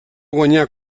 guanyar